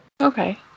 okay